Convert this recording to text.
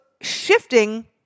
shifting